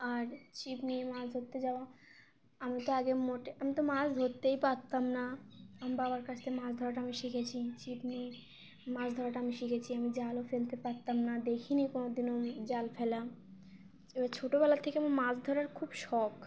আর ছিপ নিয়ে মাছ ধরতে যাওয়া আমি তো আগে মোটে আমি তো মাছ ধরতেই পারতাম না আমি বাবার কাছ থেকে মাছ ধরাটা আমি শিখেছি ছিপ নিয়ে মাছ ধরাটা আমি শিখেছি আমি জালও ফেলতে পারতাম না দেখিনি কোনো দিনও জাল ফেলা এবার ছোটোবেলার থেকে আমার মাছ ধরার খুব শখ